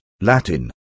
Latin